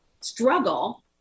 struggle